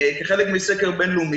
כחלק מסקר בין-לאומי,